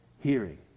hearing